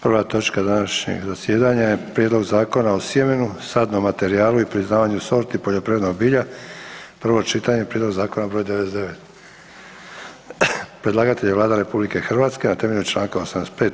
Prva točka današnjeg zasjedanja je: - Prijedlog Zakona o sjemenu, sadnom materijalu i priznavanju sorti poljoprivrednog bilja, prvo čitanje, P.Z.E. br. 99 Predlagatelj je Vlada RH na temelju članka 85.